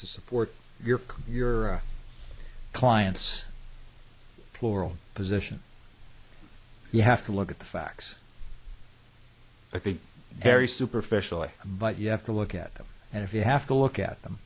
to support your claim your client's chloral position you have to look at the facts i think very superficially but you have to look at them and if you have to look at them